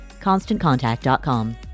ConstantContact.com